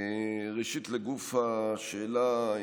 ראשית לגוף השאלה.